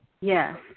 Yes